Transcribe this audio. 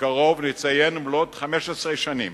בקרוב נציין מלאות 15 שנים